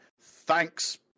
thanks